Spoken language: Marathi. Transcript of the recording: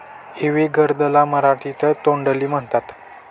इवी गर्द ला मराठीत तोंडली म्हणतात